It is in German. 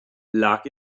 lag